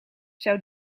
zou